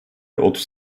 otuz